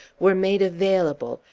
were made available,